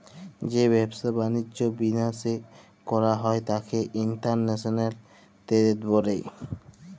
যে ব্যাবসা বালিজ্য বিদ্যাশে কইরা হ্যয় ত্যাকে ইন্টরন্যাশনাল টেরেড ব্যলে